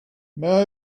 may